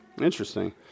interesting